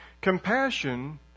Compassion